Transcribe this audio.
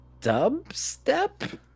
dubstep